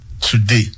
today